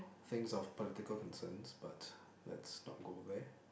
things of political concerns but let's not go there